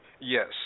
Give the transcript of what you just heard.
Yes